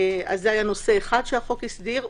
זה היה נושא אחד שהחוק הסביר.